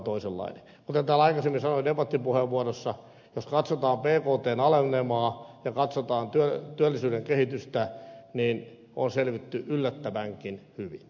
kuten täällä aikaisemmin sanoin debattipuheenvuorossa jos katsotaan bktn alenemaa ja katsotaan työllisyyden kehitystä niin on selvitty yllättävänkin hyvin